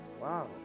Wow